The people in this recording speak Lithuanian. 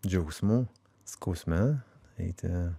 džiaugsmu skausme eiti